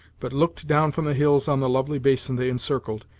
but looked down from the hills on the lovely basin they encircled,